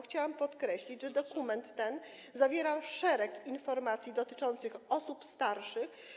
Chciałabym podkreślić, że dokument zawiera szereg informacji dotyczących osób starszych.